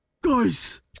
guys